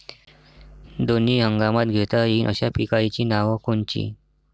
दोनी हंगामात घेता येईन अशा पिकाइची नावं कोनची?